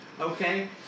Okay